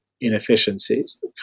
inefficiencies